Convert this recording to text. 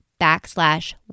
backslash